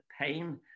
pain